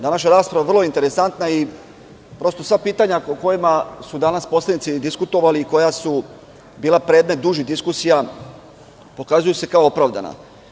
Današnja rasprava je vrlo interesantna i sva pitanja o kojima su danas poslanici diskutovali i koja su bila predmet dužih diskusija, pokazuju se kao opravdana.